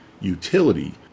utility